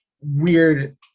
weird